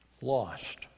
lost